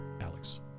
Alex